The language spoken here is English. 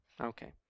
okay